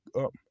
up